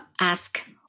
ask